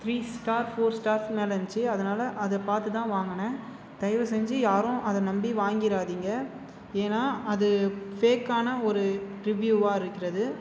three star four ஸ்டார்க்கு மேலே இருந்துச்சு அதனால் அதை பார்த்து தான் வாங்கினேன் தயவு செஞ்சு யாரும் அதை நம்பி வாங்கிறாதீங்க ஏன்னா அது ஃபேக்கான ஒரு ரிவியூவ்வாக இருக்கிறது